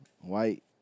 white